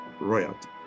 royalty